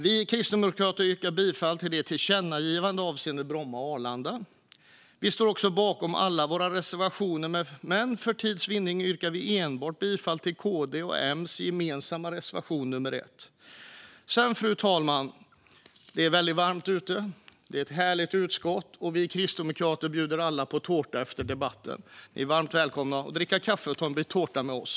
Vi kristdemokrater yrkar bifall till förslaget om tillkännagivande avseende Bromma och Arlanda. Vi står också bakom alla våra reservationer, men för tids vinnande yrkar vi bifall enbart till KD:s och M:s gemensamma reservation nummer 1. Fru talman! Det är väldigt varmt ute, och det är ett härligt utskott. Vi kristdemokrater bjuder alla på tårta efter debatten. Ni är varmt välkomna att dricka kaffe och ta en bit tårta med oss!